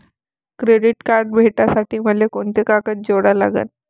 Credit card भेटासाठी मले कोंते कागद जोडा लागन?